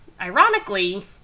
Ironically